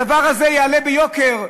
הדבר הזה יעלה ביוקר,